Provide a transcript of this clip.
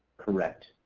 correct.